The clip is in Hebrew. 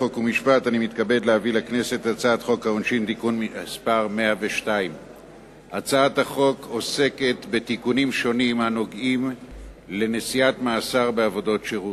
חוק ומשפט אני מתכבד להביא לכנסת את הצעת חוק העונשין (תיקון מס' 102). הצעת החוק עוסקת בתיקונים שונים הנוגעים בנשיאת מאסר בעבודות שירות.